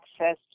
Access